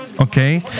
okay